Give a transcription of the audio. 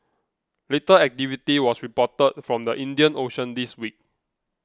little activity was reported from the Indian Ocean this week